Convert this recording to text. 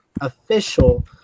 official